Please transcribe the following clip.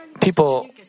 people